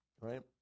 right